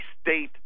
state